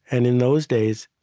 and in those days,